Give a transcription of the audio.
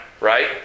right